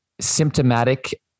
symptomatic